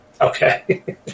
Okay